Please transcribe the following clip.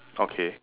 okay